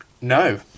No